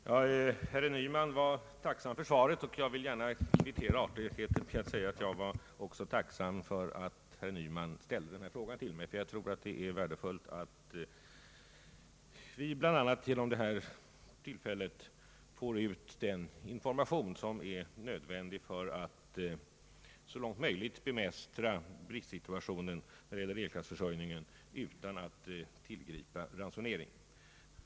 Herr talman! Herr Nyman var tacksam för svaret, och jag vill gärna kvittera artigheten med att säga att jag också är tacksam för att herr Nyman ställde denna fråga till mig. Jag tror nämligen att det är värdefullt att vi bl.a. genom debatten i dag får ut den information som är nödvändig för att så långt möjligt bemästra bristsituationen i fråga om elkraftförsörjningen utan att tillgripa ransonering.